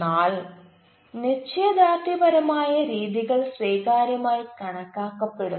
എന്നാൽ നിശ്ചയദാർട്യപരമായ രീതികൾ സ്വീകാര്യമായി കണക്കാക്കപ്പെടുന്നു